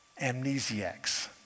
amnesiacs